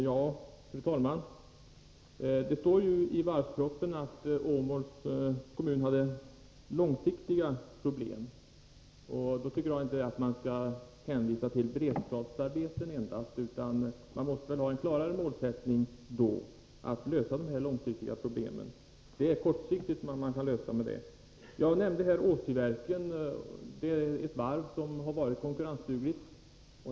Fru talman! Det står i varvspropositionen att Åmåls kommun har långsiktiga problem. Då tycker jag inte att man endast skall hänvisa till beredskapsarbeten, utan man måste ha en klarare målsättning för att lösa de långsiktiga problemen. Det är kortsiktiga problem man löser med beredskapsarbeten. Jag nämnde Åsiverken. Det är ett varv som varit konkurrensdugligt.